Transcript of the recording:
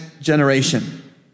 generation